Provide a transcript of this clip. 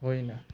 होइन